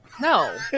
No